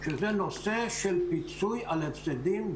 זה הרבה כסף,